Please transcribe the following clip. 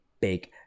big